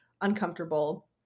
uncomfortable